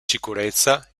sicurezza